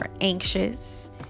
anxious